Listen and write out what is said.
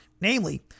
namely